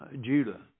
Judah